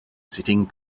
sitting